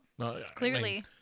Clearly